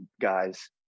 guys